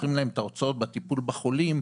שחוסכים להם את ההוצאות בטיפול בחולים,